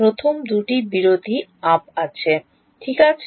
প্রথম দুটি আলাদা ঠিক আছে